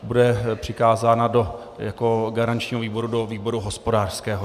Bude přikázána jako garančnímu výboru do výboru hospodářského.